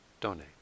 donate